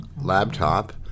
laptop